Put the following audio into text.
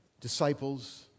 disciples